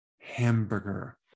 hamburger